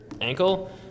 ankle